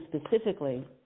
specifically